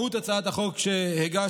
מהות הצעת החוק שהגשת,